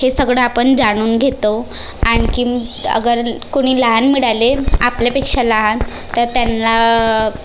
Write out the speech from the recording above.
हे सगळं आपण जाणून घेतो आणखी अगर कोणी लहान मिळाले आपल्यापेक्षा लहान तर त्यांना